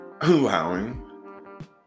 allowing